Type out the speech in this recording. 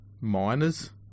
Miners